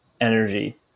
energy